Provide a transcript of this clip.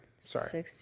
Sorry